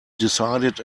decided